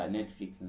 Netflix